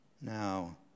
now